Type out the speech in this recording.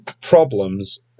problems